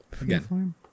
again